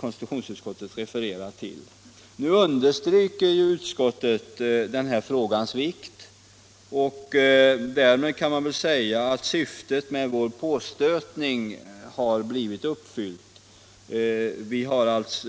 konstitutionsutskottet refererar till är en biuppgift för kommittén. Nu understryker emellertid utskottet denna frågas vikt, och därmed kan man kanske säga att syftet med vår påstötning har blivit tillgodosett.